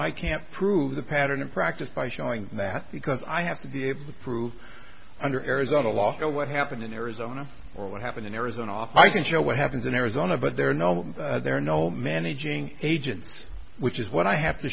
i can't prove the pattern of practice by showing that because i have to be able to prove under arizona law to what happened in arizona or what happened in arizona off i can show what happens in arizona but there are no there are no managing agents which is what i have to